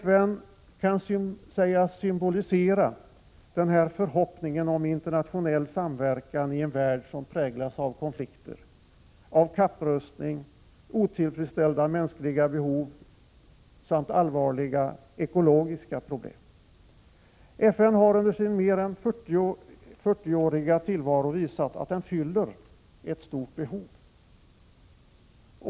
FN kan sägas symbolisera förhoppningen om internationell samverkan i en värld som präglas av konflikter, kapprustning, otillfredsställda mänskliga behov samt allvarliga ekologiska problem. FN har under sin mer än 40-åriga tillvaro visat att organisationen fyller ett stort behov.